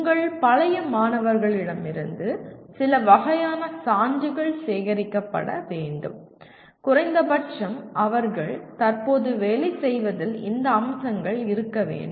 உங்கள் பழைய மாணவர்களிடமிருந்து சில வகையான சான்றுகள் சேகரிக்கப்பட வேண்டும் குறைந்தபட்சம் அவர்கள் தற்போது வேலை செய்வதில் இந்த அம்சங்கள் இருக்க வேண்டும்